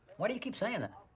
why do you keep saying that?